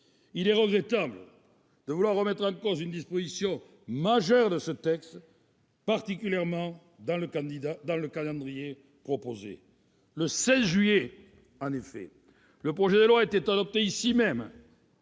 Il est regrettable de vouloir remettre en cause une disposition majeure de ce texte, particulièrement dans le calendrier proposé. Le 16 juillet 2015, en effet, le projet de loi était adopté par le